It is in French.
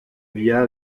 via